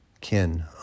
kin